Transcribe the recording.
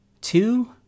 two